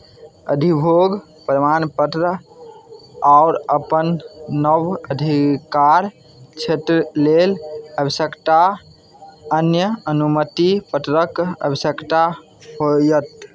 अधिभोग प्रमाण पत्र आओर अपन नव अधिकार क्षेत्र लेल आवश्यकता अन्य अनुमति पत्रक आवश्यकता होयत